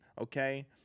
okay